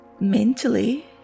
mentally